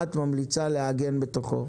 מה את ממליצה לעגן בתוכו?